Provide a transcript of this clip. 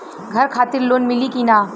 घर खातिर लोन मिली कि ना?